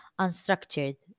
unstructured